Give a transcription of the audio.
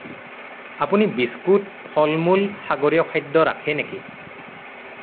আপুনি বিস্কুট ফল মূল সাগৰীয় খাদ্য ৰাখে নেকি